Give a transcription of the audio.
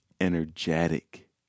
energetic